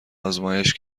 آزمایش